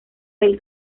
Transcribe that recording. del